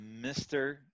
Mr